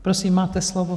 Prosím, máte slovo.